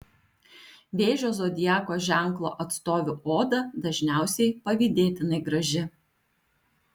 vėžio zodiako ženklo atstovių oda dažniausiai pavydėtinai graži